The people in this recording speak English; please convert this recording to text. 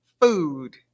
food